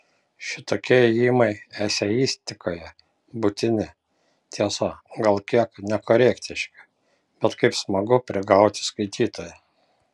šitokie ėjimai eseistikoje būtini tiesa gal kiek nekorektiški bet kaip smagu prigauti skaitytoją